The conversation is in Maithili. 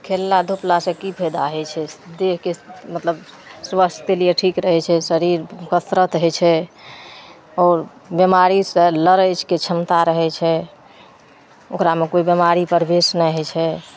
खेलला धुपलासे कि फायदा होइ छै देहके मतलब स्वास्थ्यके लिए ठीक रहै छै शरीर कसरत होइ छै आओर बेमारीसे लड़ैके क्षमता रहै छै ओकरामे कोइ बेमारी प्रवेश नहि होइ छै